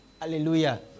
Hallelujah